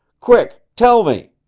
quick! tell me!